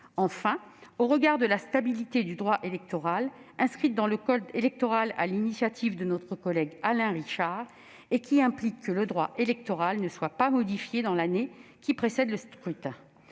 Enfin, la stabilité du droit électoral, inscrite dans le code électoral sur l'initiative de notre collègue Alain Richard, et qui implique que le droit électoral ne soit pas modifié dans l'année qui précède le scrutin,